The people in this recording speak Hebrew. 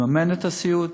לממן את הסיעוד.